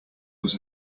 was